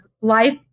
life